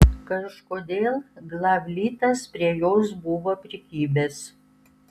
kažkodėl glavlitas prie jos buvo prikibęs